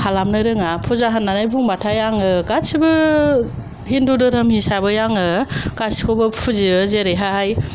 खालामनो रोङा फुजा होननानै बुङोबाथाय आङो गासैबो हिन्दु धोरोम हिसाबै आङो गासैखौबो फुजियो जेरैहाय